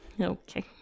Okay